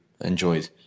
enjoyed